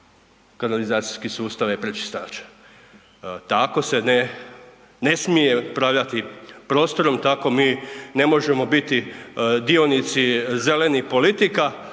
kanalizacijskih sustava i pročistača. Tako se ne smije upravljati prostorom, tako mi ne možemo biti dionici zelenih politika,